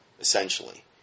essentially